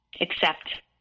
accept